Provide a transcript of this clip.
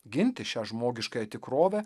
ginti šią žmogiškąją tikrovę